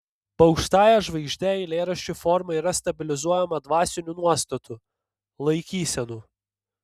po aukštąja žvaigžde eilėraščių forma yra stabilizuojama dvasinių nuostatų laikysenų